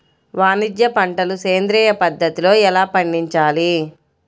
వాణిజ్య పంటలు సేంద్రియ పద్ధతిలో ఎలా పండించాలి?